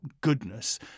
goodness